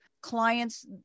Clients